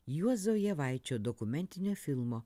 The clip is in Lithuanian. juozo javaičio dokumentinio filmo